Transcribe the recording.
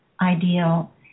ideal